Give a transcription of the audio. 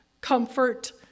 comfort